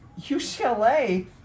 UCLA